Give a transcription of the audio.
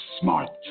smart